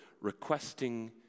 requesting